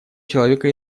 человека